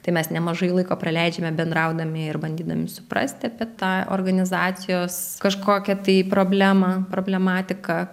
tai mes nemažai laiko praleidžiame bendraudami ir bandydami suprasti apie tą organizacijos kažkokią tai problemą problematiką